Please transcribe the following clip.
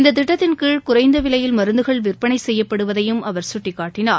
இந்த திட்டத்தின் கீழ் குறைந்த விலையில் மருந்தகள் விற்பளை செய்யயப்படுவதையும் அவர் சுட்டிக்காட்டினார்